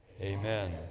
Amen